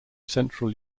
central